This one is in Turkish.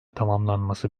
tamamlanması